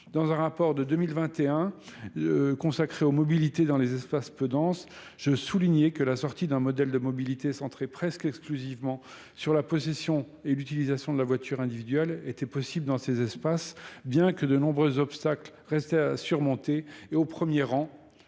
mille vingt et un consacré aux mobilités dans les espaces peu denses je souligner que la sortie d'un modèle de mobilité centré presque exclusivement sur la possession et l'utilisation de la voiture individuelle étaient possibles dans ces espaces bien que de nombreux obstacles restent à surmonter et au premier rang